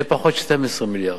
יהיה פחות 12 מיליארד.